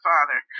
Father